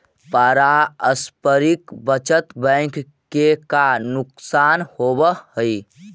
पारस्परिक बचत बैंक के का नुकसान होवऽ हइ?